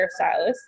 hairstylist